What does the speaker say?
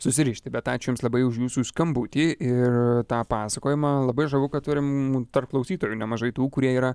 susirišti bet ačiū jums labai už jūsų skambutį ir tą pasakojimą labai žavu kad turim tarp klausytojų nemažai tų kurie yra